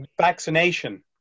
vaccination